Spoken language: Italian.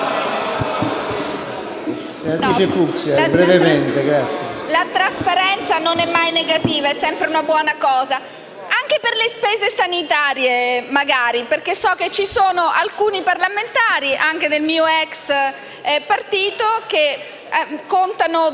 la trasparenza non è mai negativa. È sempre una buona cosa, anche per le spese sanitarie, magari, perché so che ci sono alcuni parlamentari, anche del mio ex partito, che contano due